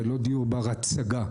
ולא דיור בר הצגה,